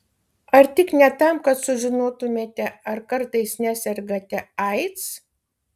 ar tik ne tam kad sužinotumėte ar kartais nesergate aids